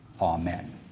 Amen